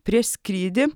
prieš skrydį